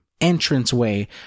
entranceway